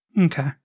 Okay